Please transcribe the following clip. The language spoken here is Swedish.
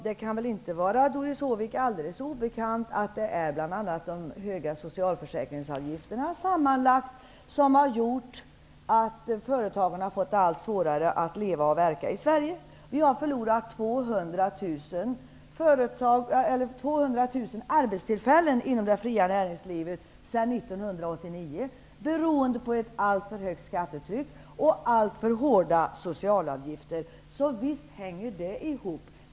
Det kan inte vara Doris Håvik alldeles obekant att det är bl.a. de höga sammanlagda socialförsäkringsavgifterna som har gjort att företagen har fått allt svårare att leva och verka i Sverige. Vi har förlorat 200 000 arbetstillfällen inom det fria näringslivet sedan 1989 beroende på ett alltför högt skattetryck och alltför hårda socialavgifter. Så visst hänger det ihop.